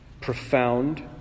profound